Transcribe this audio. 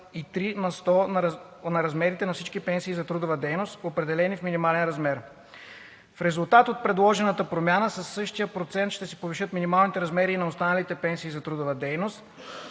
13,3 на сто на размерите на всички пенсии за трудова дейност, определени в минимален размер. В резултат от предложената промяна със същия процент ще се повишат минималните размери и на останалите пенсии за трудова дейност,